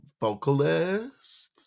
vocalists